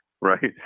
right